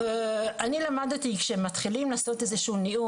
אני למדתי שכשמתחילים לעשות איזה שהוא נאום,